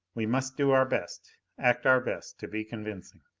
we must do our best, act our best to be convincing.